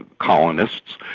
colonists.